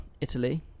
Italy